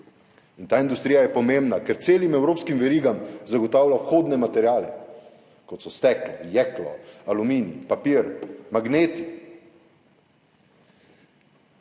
in ta industrija je pomembna, ker celim evropskim verigam zagotavlja vhodne materiale, kot so steklo, jeklo, aluminij, papir, magneti.